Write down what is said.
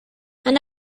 han